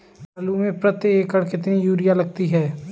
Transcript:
आलू में प्रति एकण कितनी यूरिया लगती है?